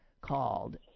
called